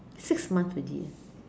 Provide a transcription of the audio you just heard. six months already eh